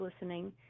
listening